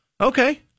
Okay